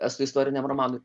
estų istoriniam romanui